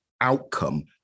outcome